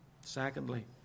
Secondly